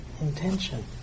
intention